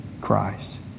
Christ